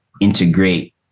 integrate